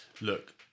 look